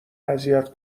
اذیت